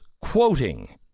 quoting